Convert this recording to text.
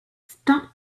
stop